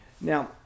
Now